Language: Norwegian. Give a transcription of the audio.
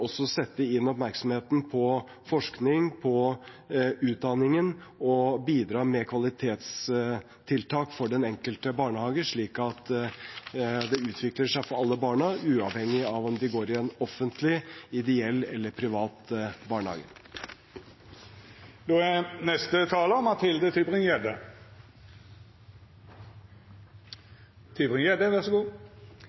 også rette oppmerksomheten mot forskning og utdanning og bidra med kvalitetstiltak for den enkelte barnehage, slik at det fører til utvikling for alle barn, uavhengig av om de går i en offentlig, ideell eller privat barnehage.